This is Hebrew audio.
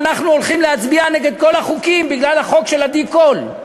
אנחנו הולכים להצביע נגד כל החוקים בגלל החוק של עדי קול.